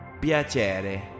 Piacere